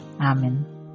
Amen